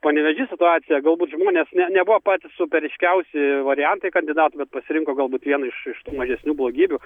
panevėžy situacija galbūt žmonės ne nebuvo patys super ryškiausi variantai kandidatų pasirinko galbūt vieną iš iš tų mažesnių blogybių